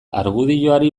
argudioari